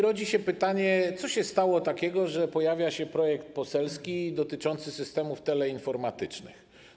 Rodzi się pytanie, co się takiego stało, że pojawia się projekt poselski dotyczący systemów teleinformatycznych.